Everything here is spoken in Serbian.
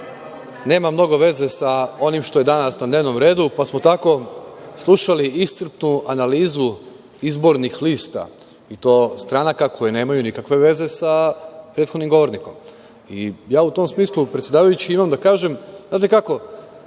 nema mnogo veze sa onim što je danas na dnevnom redu, pa smo tako slušali iscrpnu analizu izbornih lista, i to stranaka koje nemaju nikakve veze sa prethodnim govornikom.U tom smislu, ja imam da kažem sledeće.